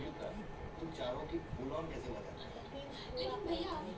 ए साहब तनि बताई हमरे खाता मे कितना केतना रुपया आईल बा अउर कितना निकलल बा?